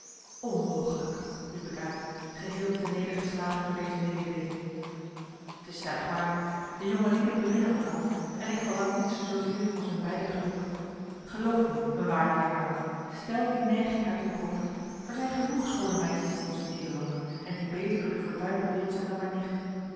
onmogelijk riep ik uit geheel ternedergeslagen door deze mededeeling t is stellig waar de jonge lieden beminnen elkander en ik verlang niets zoozeer als hun beider geluk geloof mij mijn waarde heer huyck stel die neiging uit uw hoofd er zijn genoeg schoone meisjes in onze nederlanden en die beter door de fortuin bedeeld zijn dan mijn nicht